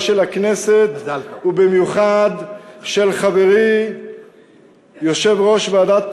של הכנסת ובמיוחד של חברי יושב-ראש ועדת